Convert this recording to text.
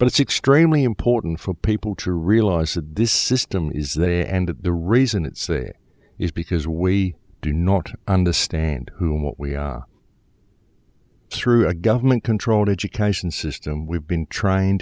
but it's extremely important for people to realize that this system is there and that the reason it's a is because we do not understand who and what we are through a government controlled education system we've been trying